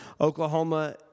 Oklahoma